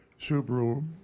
Subaru